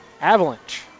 Avalanche